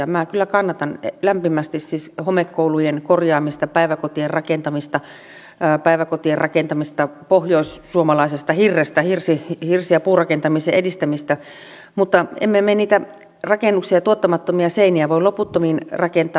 minä kyllä kannatan lämpimästi siis homekoulujen korjaamista päiväkotien rakentamista pohjoissuomaisesta hirrestä hirsi ja puurakentamisen edistämistä mutta emme me niitä rakennuksia tuottamattomia seiniä voi loputtomiin rakentaa